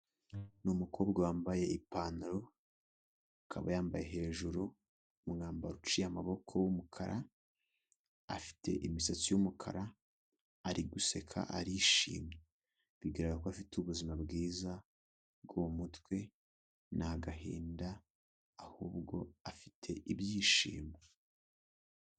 Ni umukobwa wambaye ipantaro, akaba yambaye hejuru umwambaro uciye amaboko w'umukara, afite imisatsi y'umukara, ari guseka, arishimye, bigaragara ko afite ubuzima bwiza bwo mu mutwe, nta gahinda ahubwo afite ibyishimo.